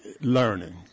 learning